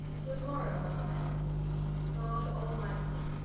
god morrow brother bedford god almightie,